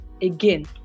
again